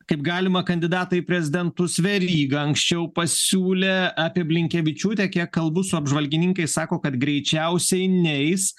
kaip galimą kandidatą į prezidentus verygą anksčiau pasiūlė apie blinkevičiūtę kiek kalbu su apžvalgininkais sako kad greičiausiai neis